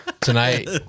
tonight